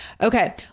Okay